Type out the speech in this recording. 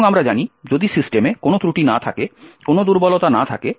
এবং আমরা জানি যদি সিস্টেমে কোনও ত্রুটি না থাকে কোনও দুর্বলতা না থাকে